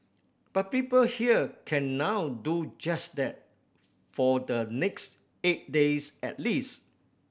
but people here can now do just that for the next eight days at least